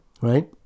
Right